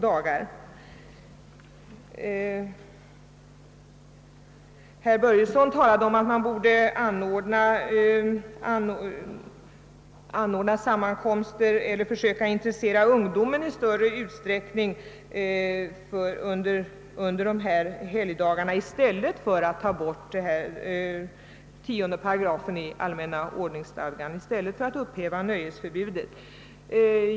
Herr Börjesson i Glömminge talade om att man borde anordna sammankomster och försöka intressera ungdomen i större utsträckning under des sa helgdagar i stället för att upphäva nöjesförbudet enligt 10 § allmänna ordningsstadgan.